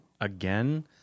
again